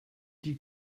die